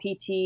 PT